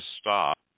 stop